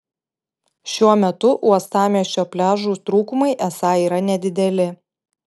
šiuo metu uostamiesčio pliažų trūkumai esą yra nedideli